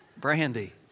Brandy